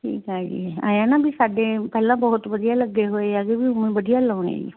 ਠੀਕ ਹੈ ਜੀ ਐਂਉਂ ਨਾ ਵੀ ਸਾਡੇ ਪਹਿਲਾਂ ਬਹੁਤ ਵਧੀਆ ਲੱਗੇ ਹੋਏ ਹੈਗੇ ਵੀ ਹੁਣ ਵਧੀਆ ਲਾਉਣੇ ਜੀ